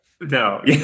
No